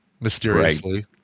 mysteriously